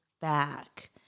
back